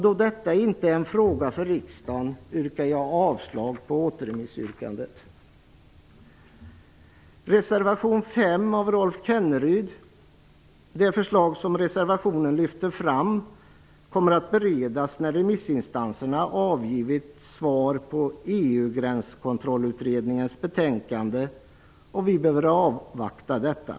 Då detta inte är en fråga för riksdagen yrkar jag avslag på återremissyrkandet. Kenneryd kommer att beredas när remissinstanserna avgivit svar på EU-gränskontrollutredningens betänkande, och vi bör avvakta detta.